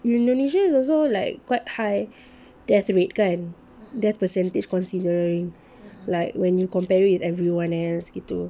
indonesia is also like quite high death rate kan death percentage considering like when you compare it with everyone else gitu